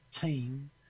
team